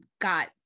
got